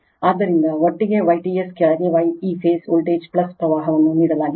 ಆದ್ದರಿಂದ ಒಟ್ಟಿಗೆ Yts ಕೆಳಗೆ Y ಈ ಫೇಸ್ ವೋಲ್ಟೇಜ್ ಪ್ರವಾಹವನ್ನು ನೀಡಲಾಗಿದೆ